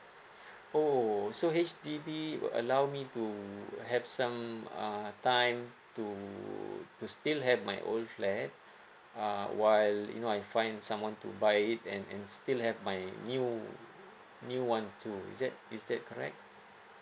oh so H_D_B will allow me to have some uh time to to still have my old flat uh while you know I find someone to buy it and and still have my new new one too is that is that correct